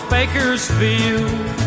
Bakersfield